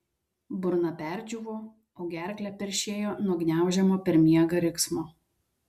burna perdžiūvo o gerklę peršėjo nuo gniaužiamo per miegą riksmo